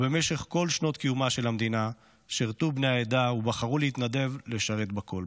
במשך כל שנות קיומה של המדינה שירתו בני העדה ובחרו להתנדב לשרת בכול,